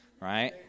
right